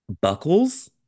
buckles